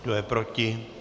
Kdo je proti?